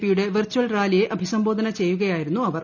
P യുടെ virtual റാലിയെ അഭിസംബോധന ചെയ്യുകയായിരുന്നു അവർ